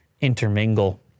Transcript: intermingle